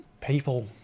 people